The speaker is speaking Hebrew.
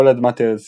כל אדמת ארץ